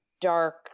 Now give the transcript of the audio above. dark